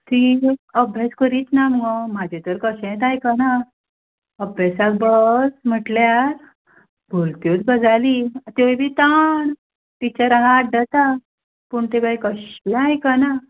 तीं अभ्यास करीत ना मुगो म्हजें तर कशेंच आयकना अभ्यासाक बस म्हणल्यार भलत्योच गजाली त्योय बी ताण टिचर हांगा आड्डता पूण तीं बाय कश्शीं आयकना